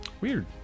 weird